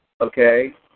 Okay